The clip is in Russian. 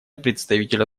представителя